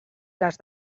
les